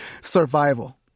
Survival